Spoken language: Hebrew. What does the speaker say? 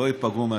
שהגיעה